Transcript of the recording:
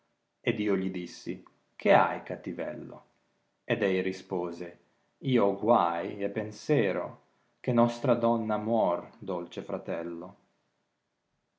d io gli dissi che hai cattivello d ei rispose io ho guai e penserò che nostra donna muor dolce fratello